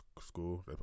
school